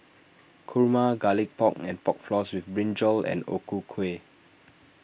Kurma Garlic Pork and Pork Floss with Brinjal and O Ku Kueh